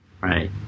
right